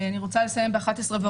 אני רוצה לסיים ב-11:15.